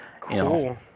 Cool